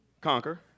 Conquer